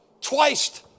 twice